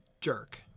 jerk